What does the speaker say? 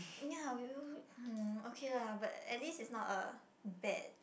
ya we we hmm okay lah but at least it's not a bad